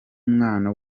umwana